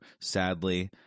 sadly—